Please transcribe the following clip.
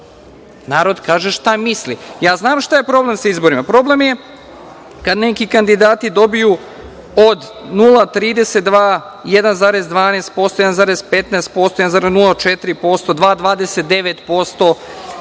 Narod kaže šta misli. Ja znam šta je problem sa izborima. Problem je kada neki kandidati dobiju od 0,32%, 1,12%, 1,15%, 1,04%, 2,29%,